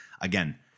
again